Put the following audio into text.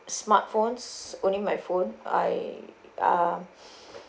smartphones only my phone I uh